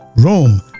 Rome